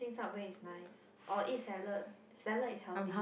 Subway is nice or eat salad salad is healthy